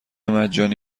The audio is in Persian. مجانی